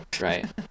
Right